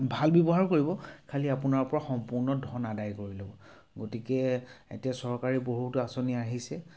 ভাল ব্যৱহাৰো কৰিব খালী আপোনাৰ পৰা সম্পূৰ্ণ ধন আদায় কৰি ল'ব গতিকে এতিয়া চৰকাৰী বহুতো আঁচনি আহিছে